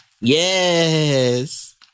Yes